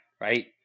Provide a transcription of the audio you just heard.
Right